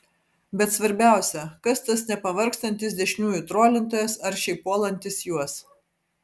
bet svarbiausia kas tas nepavargstantis dešiniųjų trolintojas aršiai puolantis juos